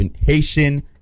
Haitian